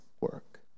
work